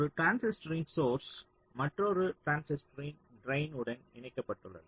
ஒரு டிரான்சிஸ்டரின் சோர்ஸ் மற்றொரு டிரான்சிஸ்டரின் ட்ரைன் உடன் இணைக்கப்பட்டுள்ளது